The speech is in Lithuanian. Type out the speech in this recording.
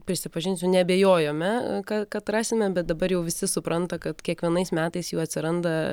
prisipažinsiu neabejojome kad rasime bet dabar jau visi supranta kad kiekvienais metais jų atsiranda